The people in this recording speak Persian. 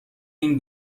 این